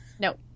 No